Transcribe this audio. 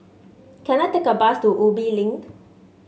can I take a bus to Ubi Link